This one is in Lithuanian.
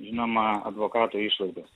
žinoma advokato išlaidos